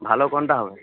ভালো কোনটা হবে